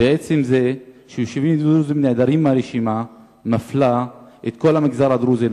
ועצם זה שיישובים דרוזיים נעדרים מהרשימה מפלה לרעה את כל המגזר הדרוזי,